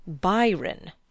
Byron